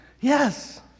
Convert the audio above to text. Yes